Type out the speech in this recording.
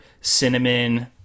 cinnamon